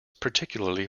particularly